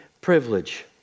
privilege